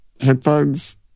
headphones